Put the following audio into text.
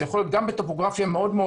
זה יכול להיות גם בטופוגרפיה מאוד מאוד